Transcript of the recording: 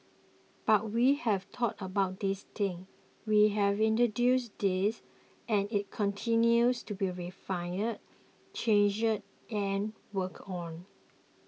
but we have thought about these things we have introduced these and it continues to be refined changed and worked on